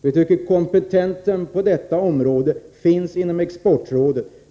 Vi anser att kompetensen på detta område finns inom Exportrådet.